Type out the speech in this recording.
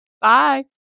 Bye